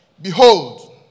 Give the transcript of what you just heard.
Behold